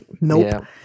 Nope